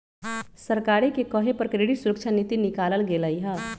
सरकारे के कहे पर क्रेडिट सुरक्षा नीति निकालल गेलई ह